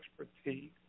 expertise